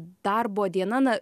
darbo diena na